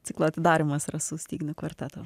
ciklo atidarymas rasų styginio kvarteto